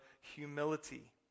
humility